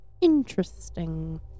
interesting